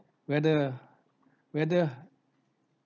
whether whether